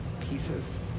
pieces